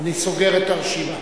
אני סוגר את הרשימה.